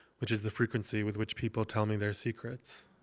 which is the frequency with which people tell me their secrets.